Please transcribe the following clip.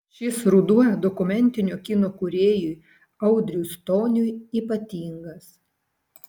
šis ruduo dokumentinio kino kūrėjui audriui stoniui ypatingas